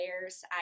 layers